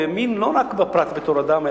והאמין לא רק בפרט בתור אדם,